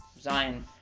Zion